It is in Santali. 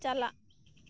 ᱪᱟᱞᱟᱜ